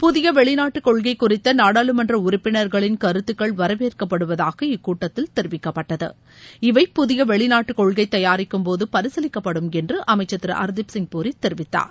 புதிய வெளிநாட்டுக் கொள்கை குறித்த நாடாளுமன்ற உறுப்பினர்களின் கருத்துக்கள் வரவேற்கப்படுவதாக இக்கூட்டத்தில் தெரிவிக்கப்பட்டது இவை புதிய வெளிநாட்டுக் கொள்கை தயாரிக்கும்போது பரிசீலிக்கப்படும் என்று அமைச்சர் திரு ஹர்தீப் சிங் புரி தெரிவித்தார்